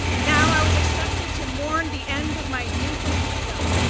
now i was expected to mourn the end of my youth and freedom.